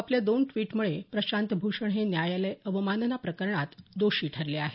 आपल्या दोन ट्विट मुळे प्रशांत भूषण हे न्यायालय अवमानना प्रकरणात दोषी ठरले आहेत